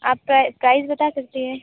आपका प्राइस बता सकती हैं